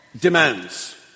demands